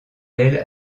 elles